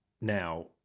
now